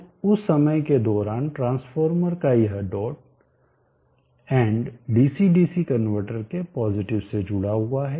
तो उस समय के दौरान ट्रांसफार्मर का यह dot and DC DC converter के पॉजिटिव से जुड़ा हुआ है